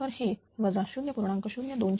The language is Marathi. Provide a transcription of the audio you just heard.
तर हे 0